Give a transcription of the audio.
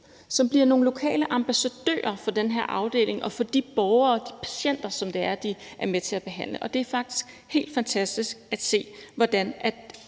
som bliver nogle lokale ambassadører for den her afdeling og for de borgere, de patienter, som de er med til at behandle. Det er faktisk helt fantastisk at se, hvordan det